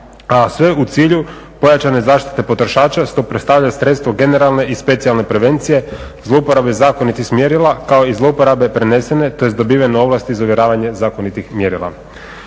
a sve u cilju pojačane zaštite potrošača … sredstvo generalne i specijalne prevencije, zlouporabe zakonitih mjerila kao i zlouporabe prenesene, tj. dobivene ovlasti za … zakonitih mjerila.